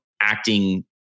acting